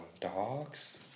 dogs